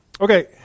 Okay